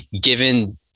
given